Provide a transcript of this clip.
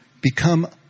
become